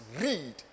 read